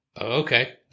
okay